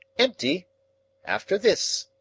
empty after this.